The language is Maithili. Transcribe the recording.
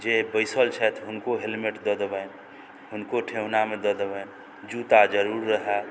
जे बैसल छथि हुनको हेलमेट दऽ देबनि हुनको ठेहुनामे दऽ देबनि जूता जरूर रहए